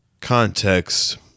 context